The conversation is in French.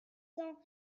cent